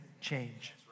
change